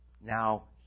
now